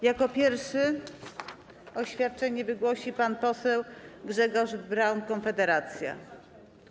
Jako pierwszy oświadczenie wygłosi pan poseł Grzegorz Braun, Konfederacja.